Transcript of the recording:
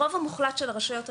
ברוב המוחלט של הרשויות המקומיות,